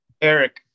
Eric